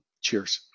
Cheers